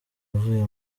avuye